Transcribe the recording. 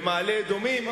במעלה-אדומים.